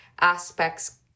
aspects